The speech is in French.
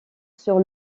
sur